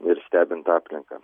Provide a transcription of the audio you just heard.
ir stebint aplinką